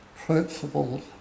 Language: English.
Principles